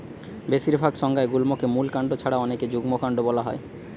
বেশিরভাগ সংজ্ঞায় গুল্মকে মূল কাণ্ড ছাড়া অনেকে যুক্তকান্ড বোলা হয়